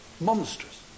monstrous